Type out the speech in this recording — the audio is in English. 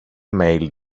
male